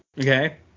Okay